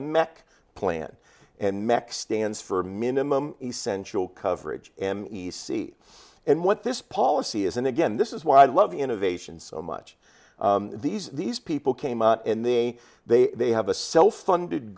mac plan and max stands for minimum essential coverage and e c and what this policy is and again this is why i love innovation so much these these people came out and they they they have a self funded